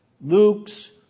Luke's